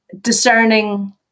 discerning